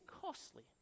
costly